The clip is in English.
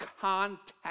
contact